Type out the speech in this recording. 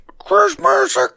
Christmas